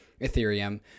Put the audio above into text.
Ethereum